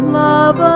love